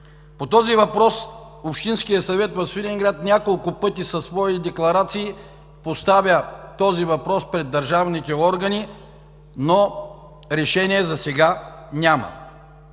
По този въпрос Общинският съвет в Свиленград няколко пъти със свои декларации поставя този въпрос пред държавните органи, но решение засега няма.